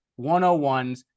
101s